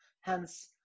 Hence